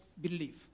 belief